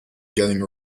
getting